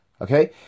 okay